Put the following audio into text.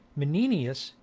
menenius,